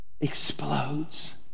explodes